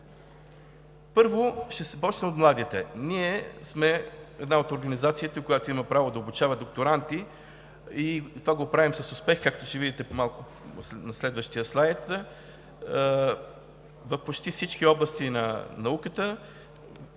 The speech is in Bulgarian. Първо, ще започна от младите. Ние сме една от организациите, която има право да обучава докторанти, и това го правим с успех, както ще видите на следващия слайд – в почти всички области на науката,